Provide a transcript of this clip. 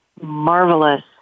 marvelous